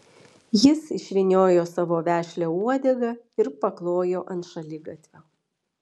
jis išvyniojo savo vešlią uodegą ir paklojo ant šaligatvio